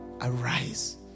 Arise